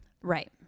Right